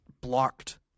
blocked